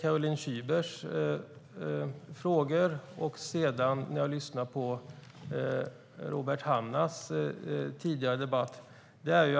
Caroline Szybers frågor och när jag lyssnade på Robert Hannah tidigare i debatten.